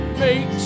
makes